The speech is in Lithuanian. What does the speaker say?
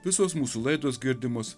visos mūsų laidos girdimos